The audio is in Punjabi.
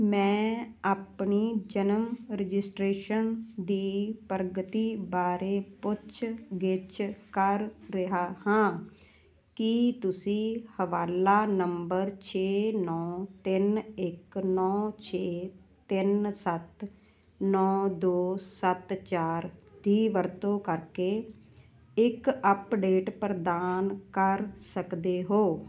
ਮੈਂ ਆਪਣੀ ਜਨਮ ਰਜਿਸਟ੍ਰੇਸ਼ਨ ਦੀ ਪ੍ਰਗਤੀ ਬਾਰੇ ਪੁੱਛ ਗਿੱਛ ਕਰ ਰਿਹਾ ਹਾਂ ਕੀ ਤੁਸੀਂ ਹਵਾਲਾ ਨੰਬਰ ਛੇ ਨੌਂ ਤਿੰਨ ਇੱਕ ਨੌਂ ਛੇ ਤਿੰਨ ਸੱਤ ਨੌਂ ਦੋ ਸੱਤ ਚਾਰ ਦੀ ਵਰਤੋਂ ਕਰਕੇ ਇੱਕ ਅੱਪਡੇਟ ਪ੍ਰਦਾਨ ਕਰ ਸਕਦੇ ਹੋ